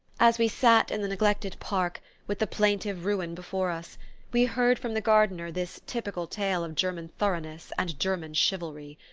as we sat in the neglected park with the plaintive ruin before us we heard from the gardener this typical tale of german thoroughness and german chivalry.